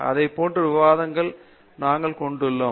அதைப் போன்ற விவாதங்களை நாங்கள் கொண்டுள்ளோம்